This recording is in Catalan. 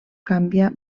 canvia